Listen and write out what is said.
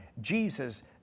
Jesus